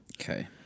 Okay